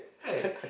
right